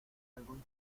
algún